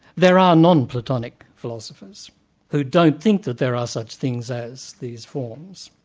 there are non-platonic philosophers who don't think that there are such things as these forms,